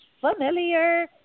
familiar